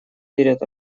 перед